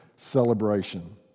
celebration